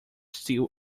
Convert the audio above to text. still